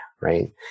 right